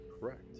Correct